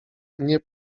nie